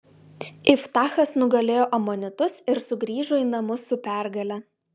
iftachas nugalėjo amonitus ir sugrįžo į namus su pergale